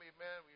Amen